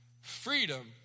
freedom